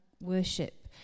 worship